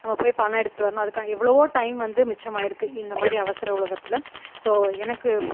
நம்ம போய் பணம் எடுத்துகிட்டு வரணும் அதுக்காக எவ்வளவோ டைம் வந்து மிச்சம் ஆயிருக்கு இந்த மாதிரி அவசர உலகத்தில் ஸோ எனக்கு